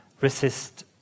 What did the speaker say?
resist